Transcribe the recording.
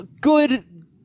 good